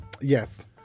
Yes